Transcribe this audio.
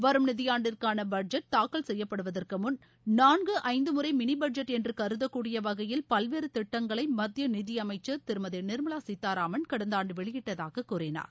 வரும் நிதியாண்டிற்கான பட்ஜெட் தாக்கல் செய்யப்படுவதற்கு முன் நான்கு ஐந்து முறை மினி பட்ஜெட் என்று கருதக்கூடிய வகையில் பல்வேறு திட்டங்களை மத்திய நிதியமைச்சர் திருமதி நிர்மலா சீதாராமன் கடந்த ஆண்டு வெளியிட்டதாக கூறினார்